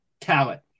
talent